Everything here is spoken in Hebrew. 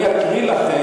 אני לא מבינה.